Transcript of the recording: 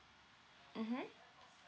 mmhmm